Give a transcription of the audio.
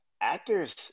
Actors